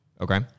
Okay